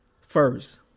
first